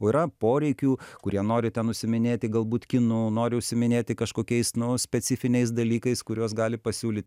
yra poreikių kurie nori ten užsiiminėti galbūt kinu nori užsiiminėti kažkokiais nu specifiniais dalykais kuriuos gali pasiūlyti